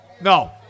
No